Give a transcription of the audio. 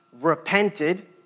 repented